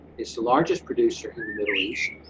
it's the largest producer in the middle east,